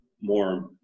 more